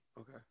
Okay